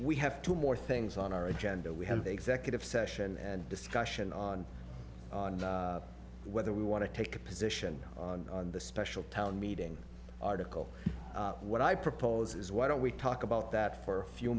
we have two more things on our agenda we have executive session and discussion on whether we want to take a position on the special town meeting article what i propose is why don't we talk about that for a few